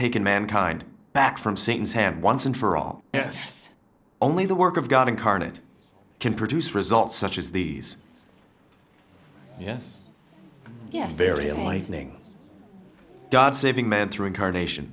taken mankind back from sins have once and for all yet only the work of god incarnate can produce results such as these yes yes varia lightning rod saving man through incarnation